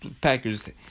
Packers